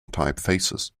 typefaces